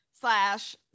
slash